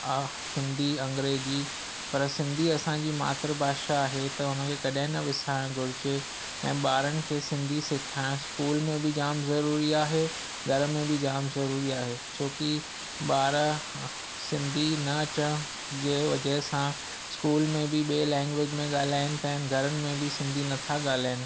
हिंदी अंग्रेज़ी पर सिंधी असांजी मातृभाषा आहे त उनखे कॾहिं न विसारणु घुरिजे ऐं ॿारनि खे सिंधी सेखारणु स्कूल में बि जामु ज़रूरी आहे घर में बि जामु ज़रूरी आहे छोकी ॿार सिंधी न चओ जे वजह सां स्कूल में ॿिए लेंगवेच में ॻाल्हाइनि पिया घरनि में बि सिंधी नथा ॻाल्हाइनि